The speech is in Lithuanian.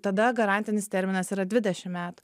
tada garantinis terminas yra dvidešim metų